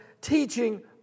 teaching